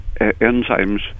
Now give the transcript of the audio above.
enzymes